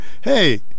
Hey